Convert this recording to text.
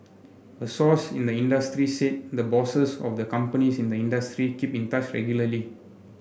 a source in the industry said the bosses of the companies in the industry keep in touch regularly